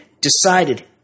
decided